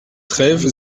treyve